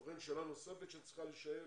כמו כן שאלה נוספת שצריכה להישאל,